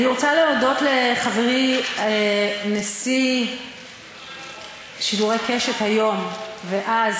אני רוצה להודות לחברי נשיא שידורי "קשת" היום ואז